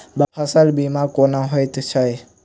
फसल बीमा कोना होइत छै?